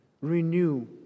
Renew